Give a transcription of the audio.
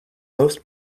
most